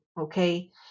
okay